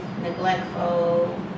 neglectful